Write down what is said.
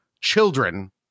children